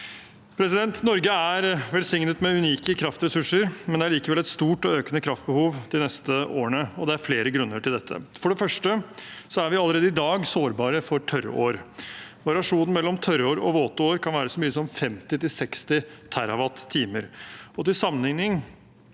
Norge er velsignet med unike kraftressurser, men det er likevel et stort og økende kraftbehov de neste årene, og det er flere grunner til dette. For det første er vi allerede i dag sårbare for tørrår. Variasjonen mellom tørrår og våte år kan være så mye som 50–60 TWh. Til sammenligning